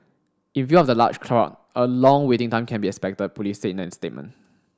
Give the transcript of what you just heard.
in view of the large crowd a long waiting time can be expected Police said in a statement